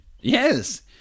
Yes